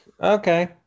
okay